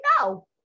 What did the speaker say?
No